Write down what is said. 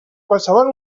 qualsevol